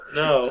no